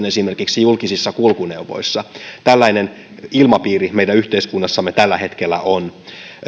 esimerkiksi julkisissa kulkuneuvoissa tällainen ilmapiiri meidän yhteiskunnassamme tällä hetkellä on